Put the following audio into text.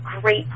great